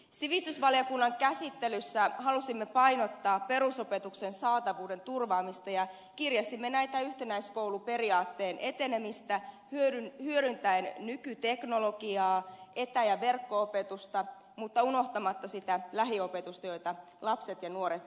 sivistysvaliokunnan käsittelyssä halusimme painottaa perusopetuksen saatavuuden turvaamista ja kirjasimme yhtenäiskouluperiaatteen etenemistä hyödyntäen nykyteknologiaa etä ja verkko opetusta mutta unohtamatta sitä lähiopetusta jota lapset ja nuoret tarvitsevat